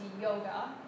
yoga